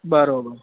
બરાબર